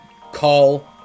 call